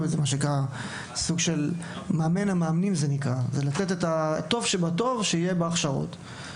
סוג של "מאמן המאמנים" שהטוב שבטוב יהיה בהכשרות.